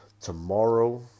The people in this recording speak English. Tomorrow